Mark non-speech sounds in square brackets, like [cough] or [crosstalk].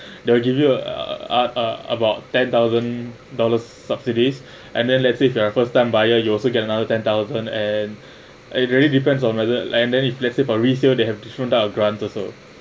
[breath] they'll give you a uh about ten thousand dollars subsidies and then let's say if you are first time buyer you also get another ten thousand and it really depends on whether and then if let's say for resale they have different type of grants also